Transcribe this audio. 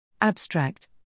Abstract